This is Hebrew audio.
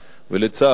ולצערנו,